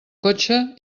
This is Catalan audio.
cotxe